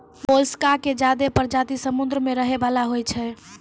मोलसका के ज्यादे परजाती समुद्र में रहै वला होय छै